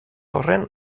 horren